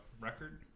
record